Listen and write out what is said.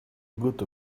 good